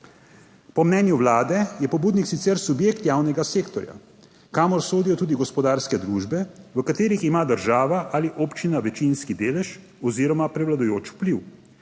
Po mnenju Vlade je pobudnik sicer subjekt javnega sektorja, kamor sodijo tudi gospodarske družbe, v katerih ima država ali občina večinski delež oziroma prevladujoč vpliv